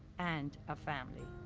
and a family.